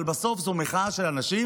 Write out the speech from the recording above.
אבל בסוף זו מחאה של אנשים